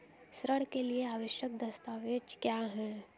ऋण के लिए आवश्यक दस्तावेज क्या हैं?